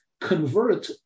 convert